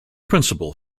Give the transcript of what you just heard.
principal